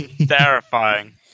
Terrifying